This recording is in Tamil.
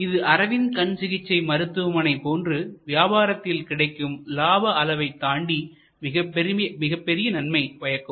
இது அரவிந்த் கண் சிகிச்சை மருத்துவமனை போன்று வியாபாரத்தில் கிடைக்கும் லாப அளவைத் தாண்டி மிகப்பெரிய நன்மை பயக்கும்